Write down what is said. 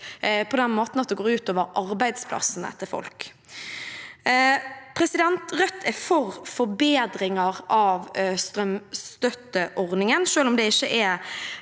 på den måten at det går ut over arbeidsplassene til folk. Rødt er for forbedringer av strømstøtteordningen. Selv om det ikke er